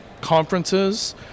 conferences